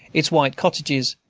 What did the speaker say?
its white cottages,